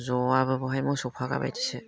ज'आबो बाहाय मोसौ फागाबायदिसो